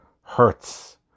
hurts